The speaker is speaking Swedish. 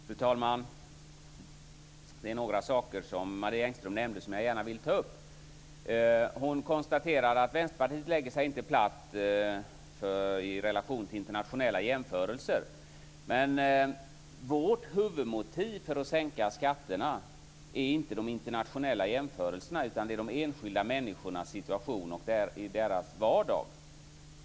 Fru talman! Det är några saker som Marie Engström nämnde som jag gärna vill ta upp. Hon konstaterar att Vänsterpartiet inte lägger sig platt inför internationella jämförelser. Men vårt huvudmotiv för att sänka skatterna är inte de internationella jämförelserna, utan det är de enskilda människornas situation i deras vardag.